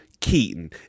Keaton